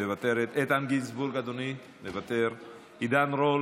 מוותרת, איתן גינזבורג, אדוני, מוותר, עידן רול?